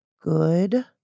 good